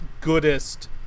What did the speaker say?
goodest